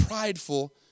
prideful